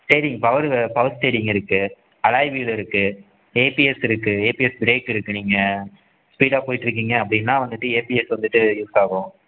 steering power power steering இருக்குது alloy wheel இருக்குது ABS இருக்குது ஏபிஎஸ் பிரேக் இருக்குது நீங்கள் ஸ்பீடாக போய்ட்ருக்கீங்க அப்படின்னா வந்துட்டு ஏபிஎஸ் வந்துட்டு யூஸ் ஆகும்